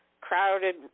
Crowded